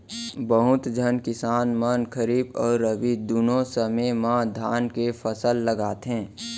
बहुत झन किसान मन खरीफ अउ रबी दुनों समे म धान के फसल लगाथें